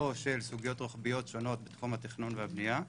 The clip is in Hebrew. או של סוגיות רוחביות שונות בתחום התכנון והבנייה,